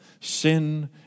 sin